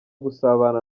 gusabana